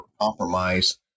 compromise